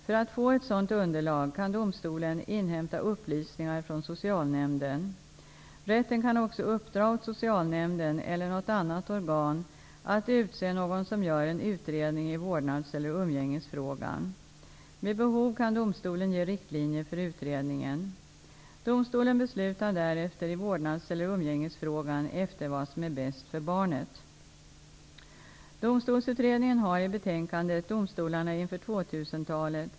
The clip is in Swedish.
För att få ett sådant underlag kan domstolen inhämta upplysningar från socialnämnden. Rätten kan också uppdra åt socialnämnden eller något annat organ att utse någon som gör en utredning i vårdnads eller umgängesfrågan. Vid behov kan domstolen ge riktlinjer för utredningen. Domstolen beslutar därefter i vårdnads eller umgängesfrågan efter vad som är bäst för barnet. f.)